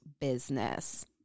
business